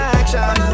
action